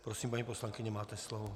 Prosím, paní poslankyně, máte slovo.